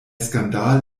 skandal